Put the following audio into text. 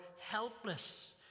helpless